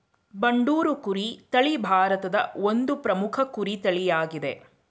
ಬಂಡೂರು ಕುರಿ ತಳಿ ಭಾರತದ ಒಂದು ಪ್ರಮುಖ ಕುರಿ ತಳಿಯಾಗಿದೆ